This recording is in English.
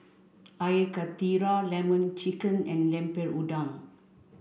Air Karthira Lemon Chicken and Lemper Udang